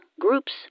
Groups